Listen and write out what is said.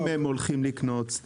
אם הם הולכים לקנות,